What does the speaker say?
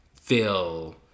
feel